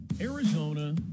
Arizona